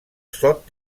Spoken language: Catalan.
sot